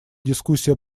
дискуссия